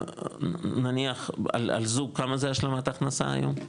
נגיד על זוג כמה זה השלמת הכנסה היום?